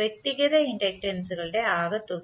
വ്യക്തിഗത ഇൻഡക്റ്റൻസുകളുടെ ആകെത്തുകയാണ്